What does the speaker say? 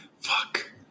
fuck